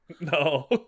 No